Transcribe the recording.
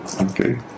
Okay